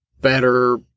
better